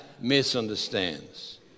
misunderstands